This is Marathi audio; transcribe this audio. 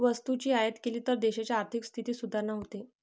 वस्तूची आयात केली तर देशाच्या आर्थिक स्थितीत सुधारणा होते